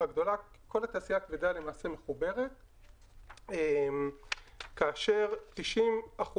כל התעשייה הכבדה למעשה מחוברת כאשר 90%